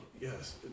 yes